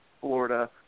Florida